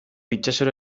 itsasora